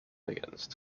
against